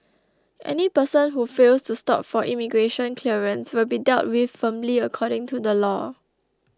any person who fails to stop for immigration clearance will be dealt with firmly according to the law